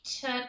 took